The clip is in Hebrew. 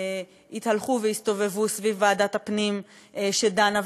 התהלכו והסתובבו סביב ועדת הפנים כשהיא דנה,